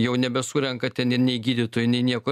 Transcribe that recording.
jau nebesurenka ten ir nei gydytojų nei nieko